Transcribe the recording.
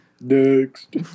Next